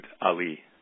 ali